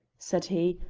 said he,